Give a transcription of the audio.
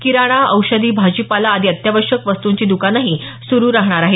किराणा औषधी भाजीपाला आदी अत्यावश्यक वस्तुंची दुकानं सुरु राहणार आहेत